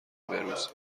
روز